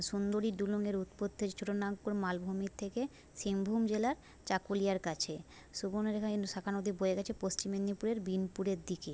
সুন্দরী ডুলুংয়ের উৎপত্তি হয়েছে ছোটোনাগপুর মালভূমির থেকে সিংভূম জেলার চাকুলিয়ার কাছে সুবর্ণরেখা কিন্তু শাখা নদী বয়ে গেছে পশ্চিম মেদিনীপুরের বিনপুরের দিকে